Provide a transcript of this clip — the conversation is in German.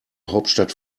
hauptstadt